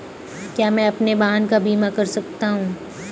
क्या मैं अपने वाहन का बीमा कर सकता हूँ?